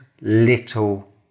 little